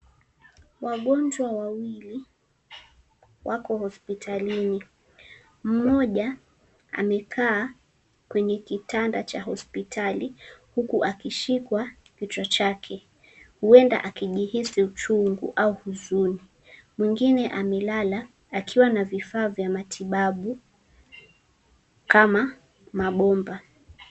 Wagonjwa wawili wako hospitalini. Mmoja amekaa kwenye kitanda cha hospitali, huku akishikwa kichwa chake, huenda akijihisi uchungu au huzuni. Mwingine amelala akiwa na vifaa vya matibabu kama mabomba.